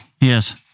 Yes